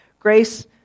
Grace